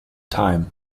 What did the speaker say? time